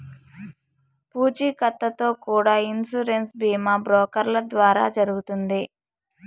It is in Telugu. పూచీకత్తుతో కూడా ఇన్సూరెన్స్ బీమా బ్రోకర్ల ద్వారా జరుగుతుంది